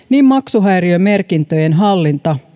maksuhäiriömerkintöjen hallinta